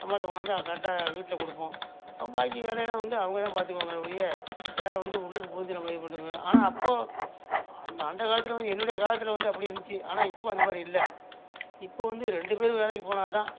சம்பளத்தை கொண்டாந்து கரெக்டாக வீட்ல கொடுப்போம் பாக்கி வேலையெல்லாம் வந்து அவங்க தான் பார்த்துப்பாங்களே ஒழிய வேறு வந்து உள்ளுக்கு புகுந்து நம்ம இது ஆனால் அப்போ அந்த அந்த காலத்தில் வந்து என்னுடைய காலத்தில் வந்து அப்படி இருந்துச்சு ஆனால் இப்போ அந்த மாதிரி இல்லை இப்போ வந்து ரெண்டு பேரும் வேலைக்கு போனால் தான்